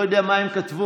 אני לא יודע מה הם כתבו.